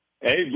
Hey